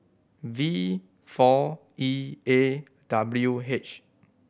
V four E A W H